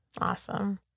Awesome